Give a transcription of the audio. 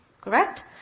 Correct